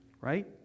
right